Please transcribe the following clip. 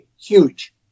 Huge